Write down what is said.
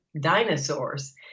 dinosaurs